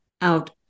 out